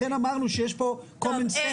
לכן אמרנו שיש פה common sense.